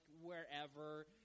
wherever